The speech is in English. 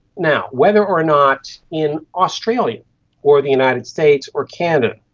now, whether or not in australia or the united states or canada,